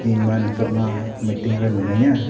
ᱤᱧᱢᱟ ᱱᱤᱛᱚᱜ ᱢᱟ ᱨᱮ ᱢᱤᱱᱟᱹᱧᱟ